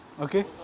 Okay